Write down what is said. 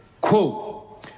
Quote